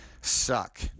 suck